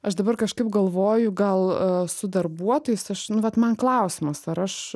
aš dabar kažkaip galvoju gal su darbuotojais aš nu vat man klausimas ar aš